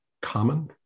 common